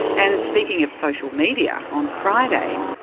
and speaking of social media, on friday,